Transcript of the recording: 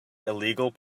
illegal